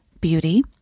beauty